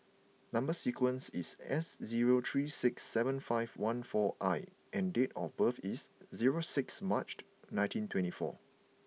number sequence is S zero three six seven five one four I and date of birth is zero six Marched nineteen twenty four